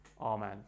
Amen